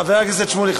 חבר הכנסת שמולי,